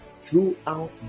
Throughout